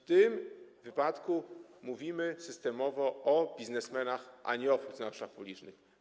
W tym wypadku mówimy systemowo o biznesmenach, a nie o funkcjonariuszach publicznych.